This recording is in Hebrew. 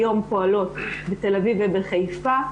היום פועלות בתל-אביב ובחיפה.